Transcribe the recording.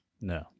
No